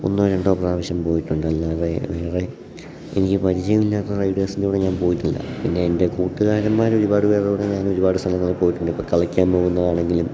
ഒന്നോ രണ്ടോ പ്രാവശ്യം പോയിട്ടുണ്ട് അല്ലാതെ വേറെ എനിക്ക് പരിചയമില്ലാത്ത റൈഡേഴ്സി്ൻ്റെ കൂടെ ഞാൻ പോയിട്ടില്ല പിന്നെ എൻ്റെ കൂട്ടുകാരന്മാർ ഒരുപാട് പേരുടെകൂടെ ഞാൻ ഒരുപാട് സ്ഥലങ്ങളിൽ പോയിട്ടുണ്ട് ഇപ്പോൾ കളിക്കാൻ പോകുന്നതാണെങ്കിലും